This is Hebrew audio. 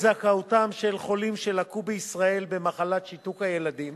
זכאותם של חולים שלקו בישראל במחלת שיתוק ילדים